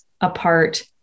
apart